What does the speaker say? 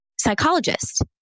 psychologist